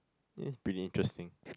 eh pretty interesting